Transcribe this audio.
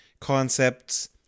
concepts